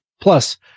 Plus